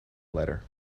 letter